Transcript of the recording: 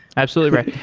absolutely right.